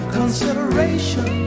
consideration